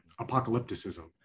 apocalypticism